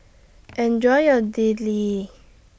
Enjoy your Idili